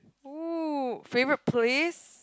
!woo! favorite place